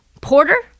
Porter